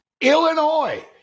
Illinois